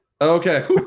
Okay